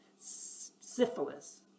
syphilis